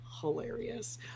hilarious